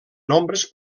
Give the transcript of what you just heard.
nombres